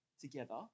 together